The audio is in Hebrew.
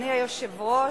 אדוני היושב-ראש,